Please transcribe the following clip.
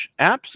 Apps